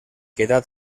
quedà